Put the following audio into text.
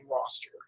roster